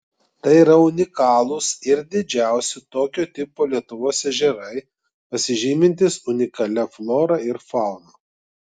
tai yra unikalūs ir didžiausi tokio tipo lietuvos ežerai pasižymintys unikalia flora ir fauna